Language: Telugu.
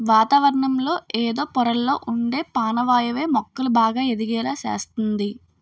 వాతావరణంలో ఎదో పొరల్లొ ఉండే పానవాయువే మొక్కలు బాగా ఎదిగేలా సేస్తంది